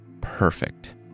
perfect